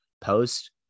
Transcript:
post